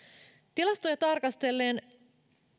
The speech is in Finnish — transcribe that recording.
tilastoja tarkastellen